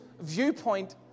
viewpoint